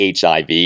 HIV